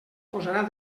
posarà